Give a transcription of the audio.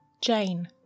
Jane